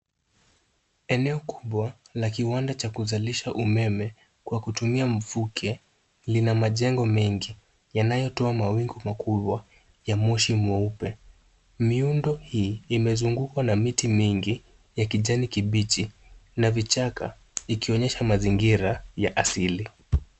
Eneo kubwa la kiwanda cha kusalisha umeme kwa kutumia mvuke lina majengo mengi yanayotoa mawingu makubwa ya moshi mweupe. Miundo hii, imezungukwa na miti mingi ya kijani kibichi na vichaka ikionyesha mazingira ya asili.